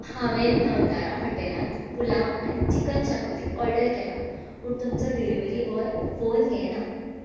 हांवें नवतारा हॉटेलांत पुलाव आनी चिकन शाकुती ऑर्डर केला पूण तुमचो डिलिव्हरी बोय फोन घेना